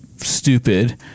stupid